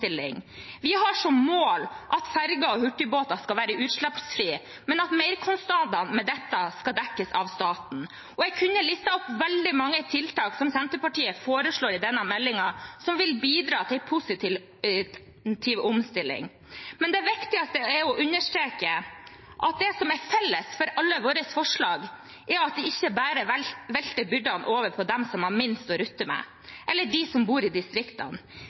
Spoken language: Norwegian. Vi har som mål at ferjer og hurtigbåter skal være utslippsfrie, men at merkostnadene med dette skal dekkes av staten. Jeg kunne listet opp veldig mange tiltak som Senterpartiet foreslår i denne innstillingen som vil bidra positivt til omstilling, men det viktigste er å understreke at det som er felles for alle våre forslag, er at vi ikke bare velter byrdene over på dem som har minst å rutte med, eller dem som bor i distriktene.